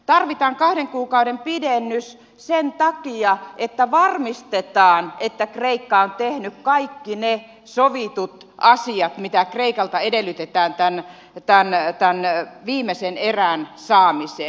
tarvitaan kahden kuukauden pidennys sen takia että varmistetaan että kreikka on tehnyt kaikki ne sovitut asiat mitä kreikalta edellytetään tämän viimeisen erän saamiseen